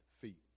feet